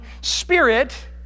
spirit